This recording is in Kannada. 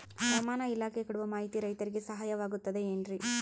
ಹವಮಾನ ಇಲಾಖೆ ಕೊಡುವ ಮಾಹಿತಿ ರೈತರಿಗೆ ಸಹಾಯವಾಗುತ್ತದೆ ಏನ್ರಿ?